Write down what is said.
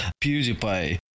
PewDiePie